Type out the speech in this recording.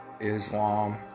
Islam